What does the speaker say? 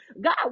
God